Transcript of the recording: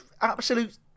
Absolute